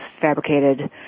fabricated